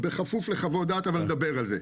בכפוף לחוות דעת אבל נדבר על זה.